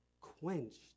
quenched